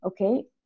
Okay